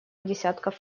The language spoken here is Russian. десятков